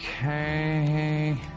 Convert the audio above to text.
Okay